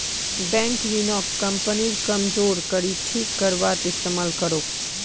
bank ऋणक कंपनीर कमजोर कड़ी ठीक करवात इस्तमाल करोक